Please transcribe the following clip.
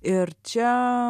ir čia